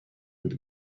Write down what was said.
and